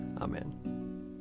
Amen